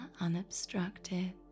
unobstructed